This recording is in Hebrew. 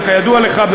וכידוע לך,